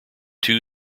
two